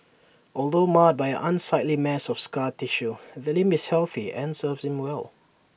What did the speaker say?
although marred by an unsightly mass of scar tissue the limb is healthy and serves him well